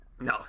No